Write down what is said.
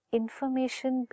information